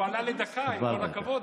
הוא עלה לדקה, עם כל הכבוד.